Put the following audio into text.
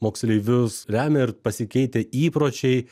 moksleivius lemia ir pasikeitę įpročiai